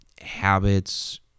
habits